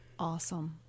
Awesome